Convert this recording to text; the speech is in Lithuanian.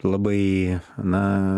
labai na